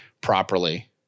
properly